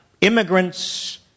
immigrants